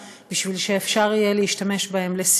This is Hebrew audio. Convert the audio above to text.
ליווי וייצוג משפטי בהליך